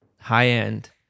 high-end